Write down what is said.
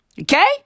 Okay